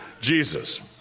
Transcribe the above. Jesus